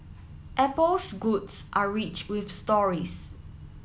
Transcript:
Apple's goods are rich with stories